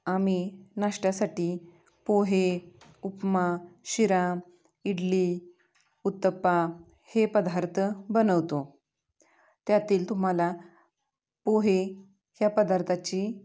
आम्ही नाष्ट्यासाठी पोहे उपमा शिरा इडली उत्तपा हे पदार्थ बनवतो त्यातील तुम्हाला पोहे ह्या पदार्थाची